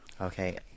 Okay